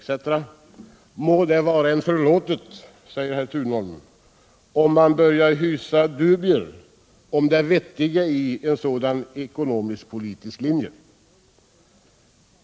etc. — må det vara en förlåtet, om man börjar hysa dubier om det vettiga i en sådan ekonomisk-politisk linje.